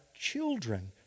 children